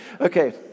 Okay